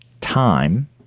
time